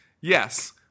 Yes